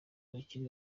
bakiri